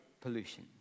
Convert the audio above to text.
pollution